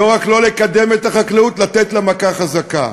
לא רק לא לקדם את החקלאות, לתת לה מכה חזקה.